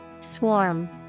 Swarm